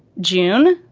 june.